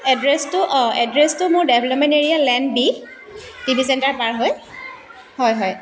এড্ৰেছটো অ' এড্ৰেছটো মোৰ development area lane B T V centre পাৰ হৈ হয় হয়